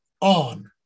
on